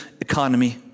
economy